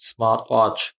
Smartwatch